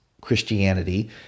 Christianity